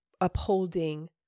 upholding